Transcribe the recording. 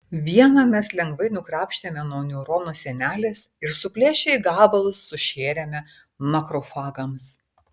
vieną mes lengvai nukrapštėme nuo neurono sienelės ir suplėšę į gabalus sušėrėme makrofagams